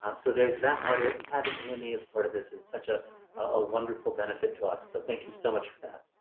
ah so there's that part of it. and having ama as part of this is such a ah wonderful benefit to us. so thank you so much for that.